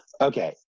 Okay